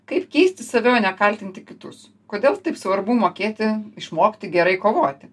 kaip keisti save o ne kaltinti kitus kodėl taip svarbu mokėti išmokti gerai kovoti